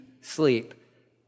sleep